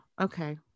Okay